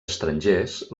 estrangers